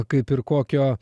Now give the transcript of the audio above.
kaip ir kokio